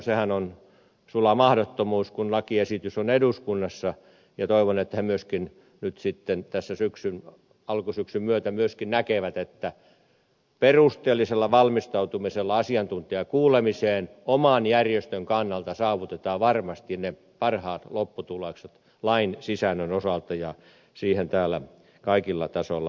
sehän on sula mahdottomuus kun lakiesitys on eduskunnassa ja toivon että ne myöskin nyt sitten tässä alkusyksyn myötä myöskin näkevät että perusteellisella valmistautumisella asiantuntijakuulemiseen oman järjestön kannalta saavutetaan varmasti ne parhaat lopputulokset lain sisällön osalta ja siihen täällä kaikilla tasoilla on valmiutta